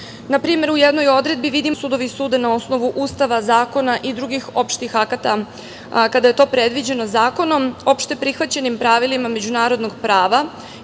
Na primer, u jednoj odredbi vidimo da sudovi sude na osnovu Ustava, zakona i drugih opštih akata, a kada je to previđeno zakonom, opšteprihvaćenim pravilima međunarodnog prava